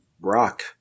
rock